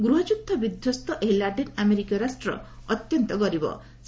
ଗୃହଯୁଦ୍ଧ ବିଧ୍ୱସ୍ତ ଏହି ଲାଟିନ୍ ଆମେରିକୀୟ ରାଷ୍ଟ୍ର ଅତ୍ୟନ୍ତ ଗରିବ ରାଷ୍ଟ୍ର